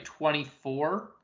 24